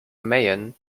meighen